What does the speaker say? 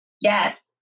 yes